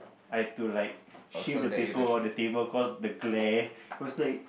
I had to like shift the table on the paper cause the glare was the